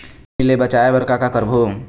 मैनी ले बचाए बर का का करबो?